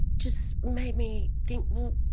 just made me think, well,